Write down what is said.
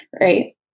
Right